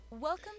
Welcome